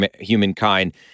humankind